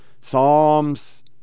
Psalms